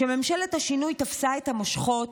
כשממשלת השינוי תפסה את המושכות,